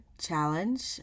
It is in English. challenge